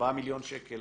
ארבעה מיליון שקל